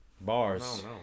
Bars